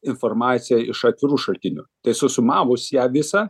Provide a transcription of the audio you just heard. informacija iš atvirų šaltinių tai susumavus ją visą